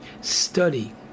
study